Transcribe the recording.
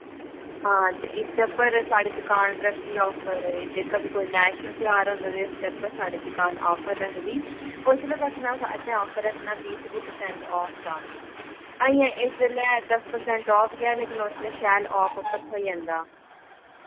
हां ते इसदे उप्पर साढ़ी दकान रखदी ऐ आफर एह् जेह्का बी कोई नैशनल तेहार होंदा ते उसदे उप्पर साढ़ी दकान आफर रखदी और उसले तक ना असें आफर रक्खना बीह् त्रीह् परसैंट आफ दा अजें इस बेल्लै दस परसैंट आफ गै लेकन उसलै शैल आफ उप्पर थ्होई जंदा